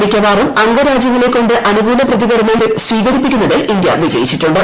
മിക്കവാറും അംഗരാജ്യങ്ങളെക്കൊണ്ട് അനുകൂല പ്രതീകരണം സ്വീകരിപ്പിക്കുന്നതിൽ ഇന്ത്യ വിജയിച്ചിട്ടുണ്ട്